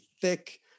thick